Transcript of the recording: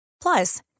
Plus